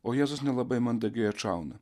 o jėzus nelabai mandagiai atšauna